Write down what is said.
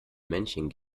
männchen